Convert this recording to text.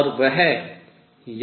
और वह यह है